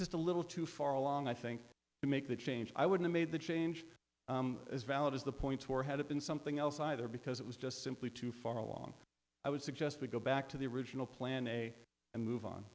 just a little too far along i think to make the change i wouldn't made the change as valid as the point or had it been something else either because it was just simply too far along i would suggest we go back to the original plan a and move on